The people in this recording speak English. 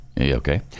Okay